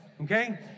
okay